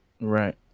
Right